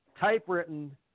typewritten